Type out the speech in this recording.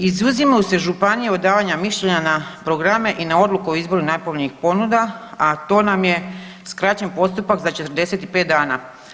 Izuzimaju se županije od davanja mišljenja na programe i na odluku o izboru najpovoljnijih ponuda, a to nam je skraćen postupak za 45 dana.